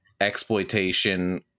exploitation